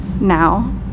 now